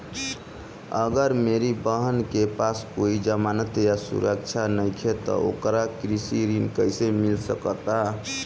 अगर मेरी बहन के पास कोई जमानत या सुरक्षा नईखे त ओकरा कृषि ऋण कईसे मिल सकता?